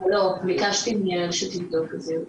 ביקשתי מהרשות לבדוק את זה.